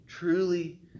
Truly